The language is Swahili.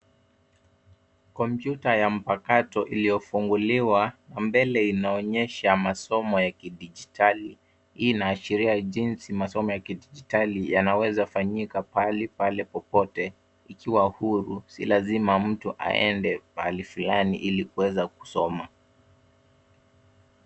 Komyputa ya mpakato iliyofunguliwa kwa mbele inonyesha masomo ya kidijitali. Hii inaashiria jinsi masomo ya kidijitali yanaweza fanyika pahali pale popote ikiwa huru si lazima mtu aende pahali fulani ili kuweza kusoma.